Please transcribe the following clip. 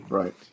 right